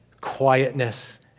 quietness